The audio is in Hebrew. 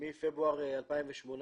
מפברואר 2018,